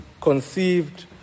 conceived